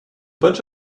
bunch